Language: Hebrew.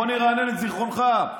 בוא נרענן את זיכרונך.